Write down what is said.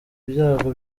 ibyago